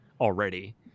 already